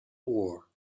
war